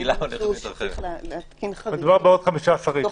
ואם הם ימצאו שצריך לאפשר חריגים בתוך התקנות,